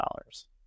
dollars